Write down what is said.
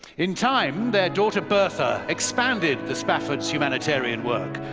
in time their daughter, bertha expanded the spafford's humanitarian work,